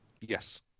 Yes